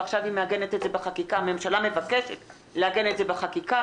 ועכשיו הממשלה מבקשת לעגן את זה בחקיקה,